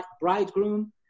bridegroom